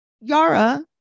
Yara